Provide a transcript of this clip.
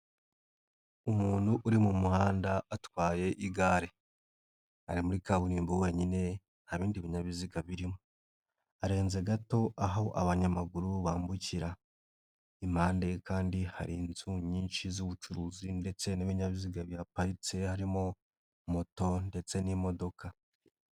Umuntu uri mu muhanda atwaye igare, ari muri kaburimbo wenyine nta bindi binyabiziga birimo, arenze gato aho abanyamaguru bambukira, impande kandi hari inzu nyinshi z'ubucuruzi ndetse n'ibinyabiziga bihaparitse harimo moto ndetse n'imodoka.